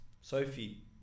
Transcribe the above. Sophie